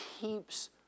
keeps